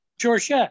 George